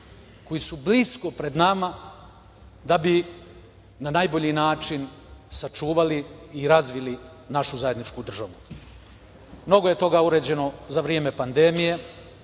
koji su blisko pred nama, da bi na najbolji način sačuvali i razvili našu zajedničku državu. Mnogo je toga urađeno za vreme pandemije.